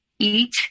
eat